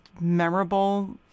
memorable